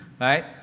Right